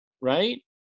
right